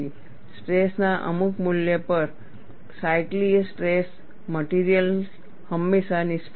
stress ના અમુક મૂલ્ય પર સાયકલીય સ્ટ્રેસ મટિરિયલ હંમેશા નિષ્ફળ જાય છે